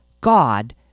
God